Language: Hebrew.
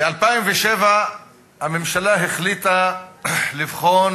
ב-2007 הממשלה החליטה לבחון